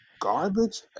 garbage